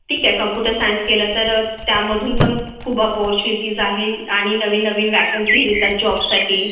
ठीक आहे computer science केलंत तर त्यामधून पण खूब ऑपॉर्च्युनिटीज आहे आणि नवीन नवीन व्हॅकन्सीज येत आहेत जॉबसाठी